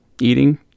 eating